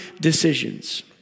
decisions